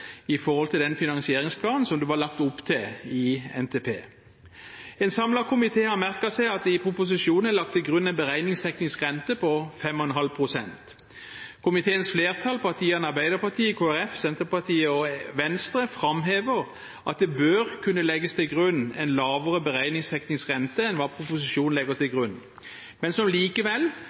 i forhold til den finansieringsplanen som det var lagt opp til i NTP. En samlet komité har merket seg at det i proposisjonen er lagt til grunn en beregningsteknisk rente på 5,5 pst. Komiteens flertall, partiene Arbeiderpartiet, Kristelig Folkeparti, Senterpartiet og Venstre, framhever at det bør kunne legges til grunn en lavere beregningsteknisk rente enn hva proposisjonen legger til grunn, men som likevel